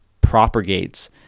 propagates